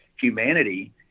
humanity